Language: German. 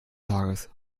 tages